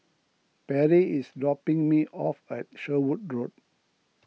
Perri is dropping me off at Sherwood Road